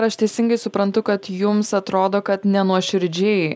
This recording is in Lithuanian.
aš teisingai suprantu kad jums atrodo kad nenuoširdžiai